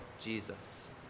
Jesus